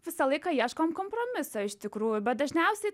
visą laiką ieškom kompromiso iš tikrųjų bet dažniausiai